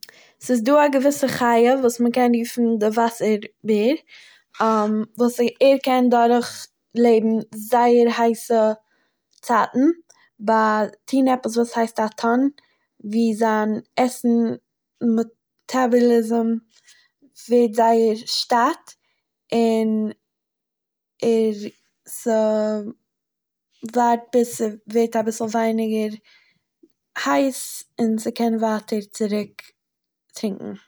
ס'איז דא א געוויסע חי' וואס מ'קען רופן די וואסער בער וואס ער קען דורכלעבן זייער הייסע צייטן, ביי טוהן עפעס וואס הייסט א טאן וואו זיין עסן מע-מעטעבוליזים ווערט זייער שטאט און ער ס'ווארט בוז ס'ווערט אביסל ווייניגער הייס און ס'קען ווייטער צוריק טרינקען.